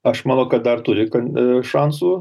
aš manau kad dar turi kan e šansų